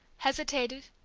hesitated,